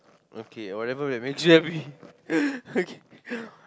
okay whatever that imagine that be okay